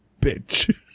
bitch